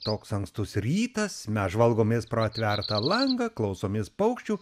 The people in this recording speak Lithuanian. toks ankstus rytas mes žvalgomės pro atvertą langą klausomės paukščių